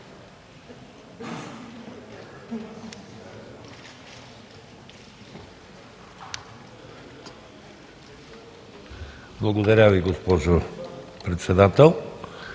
Благодаря Ви, госпожо Председател.